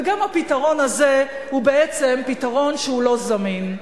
וגם הפתרון הזה הוא בעצם פתרון לא זמין,